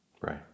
Right